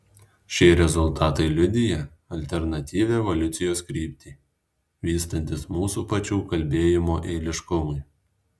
šie rezultatai liudija alternatyvią evoliucijos kryptį vystantis mūsų pačių kalbėjimo eiliškumui